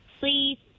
Please